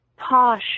Posh